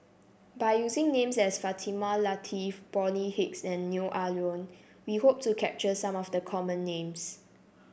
by using names as Fatimah Lateef Bonny Hicks and Neo Ah Luan we hope to capture some of the common names